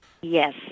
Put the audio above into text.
Yes